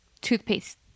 toothpaste